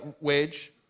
wage